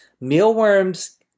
mealworms